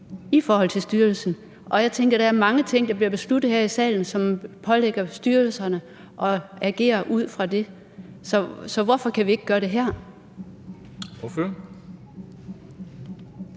i forhold til styrelsen. Jeg tænker, at der er mange ting, der bliver besluttet her i salen, som pålægger styrelserne at agere ud fra det. Så hvorfor kan vi ikke gøre det her?